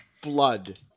blood